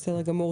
תודה.